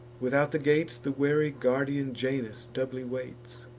without the gates, the wary guardian janus doubly waits.